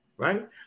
right